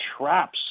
traps